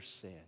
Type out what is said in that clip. sin